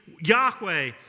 Yahweh